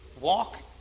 walk